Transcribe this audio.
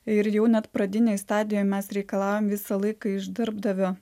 ir jau net pradinėj stadijoj mes reikalaujam visą laiką iš darbdavio